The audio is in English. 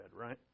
Right